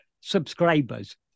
subscribers